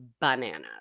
bananas